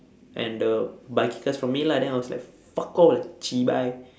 and the bicycles from me lah then I was like fuck off lah cheebye